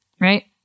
right